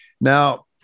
Now